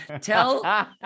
Tell